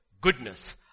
goodness